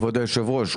כבוד היושב ראש,